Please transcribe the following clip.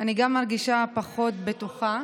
גם אני מרגישה פחות בטוחה.